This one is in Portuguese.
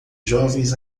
jovens